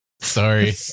Sorry